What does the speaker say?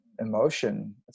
emotion